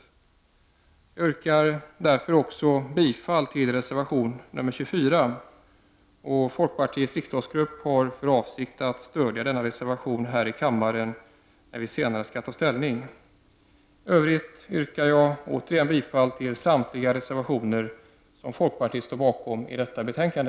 Jag yrkar därför också bifall till reservation nr 24, och folkpartiets riksdagsgrupp har för avsikt att stödja denna reservation när kammaren här senare skall ta ställning. I övrigt yrkar jag återigen bifall till samtliga reservtioner som folkpartiet står bakom i detta betänkande.